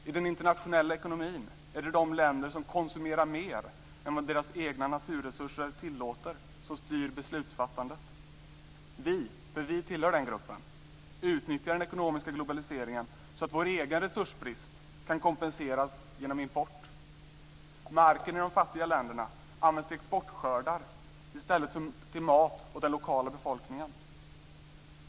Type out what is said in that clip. I den internationella ekonomin är det de länder som konsumerar mer än vad deras egna naturresurser tillåter som styr beslutsfattandet. Vi - för vi tillhör den gruppen - utnyttjar den ekonomiska globaliseringen så att vår egen resursbrist kan kompenseras genom import. Marken i de fattiga länderna används till exportskördar i stället för till mat åt den lokala befolkningen.